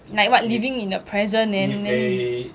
like what living in the present then then